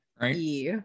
Right